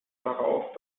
darauf